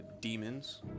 demons